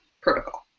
protocol